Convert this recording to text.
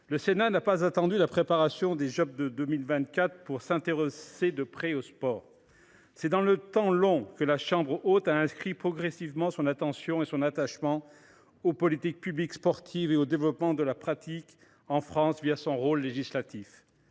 Le Sénat n’a pas attendu la préparation des jeux Olympiques et Paralympiques de 2024 pour s’intéresser de près au sport : c’est dans le temps long que la chambre haute a progressivement marqué son attention et son attachement aux politiques publiques sportives et au développement de la pratique en France, son rôle législatif.